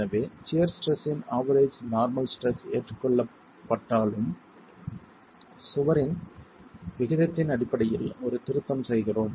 எனவே shear stress இன் average normal stress ஏற்றுக்கொள்ளப்பட்டாலும் சுவரின் விகிதத்தின் அடிப்படையில் ஒரு திருத்தம் செய்கிறோம்